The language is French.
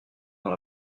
dans